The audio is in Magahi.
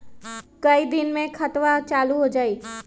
कई दिन मे खतबा चालु हो जाई?